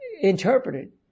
interpreted